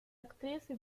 actriz